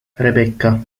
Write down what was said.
rebecca